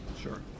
sure